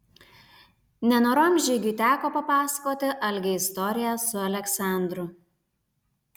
nenorom žygiui teko papasakoti algei istoriją su aleksandru